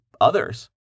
others